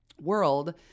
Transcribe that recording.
world